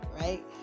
right